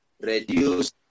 reduce